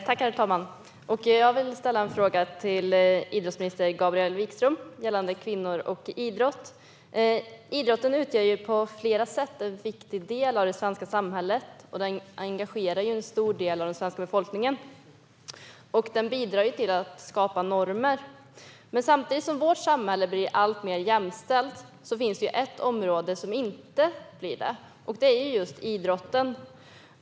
Herr talman! Jag vill ställa en fråga till idrottsminister Gabriel Wikström gällande kvinnor och idrott. Idrotten utgör på flera sätt en viktig del av det svenska samhället och engagerar en stor del av den svenska befolkningen. Idrotten bidrar till att skapa normer. Men samtidigt som vårt samhälle blir alltmer jämställt finns det ett område som inte blir det, och det är just idrotten.